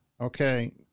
okay